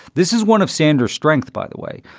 this is one of sanders strengths, by the way,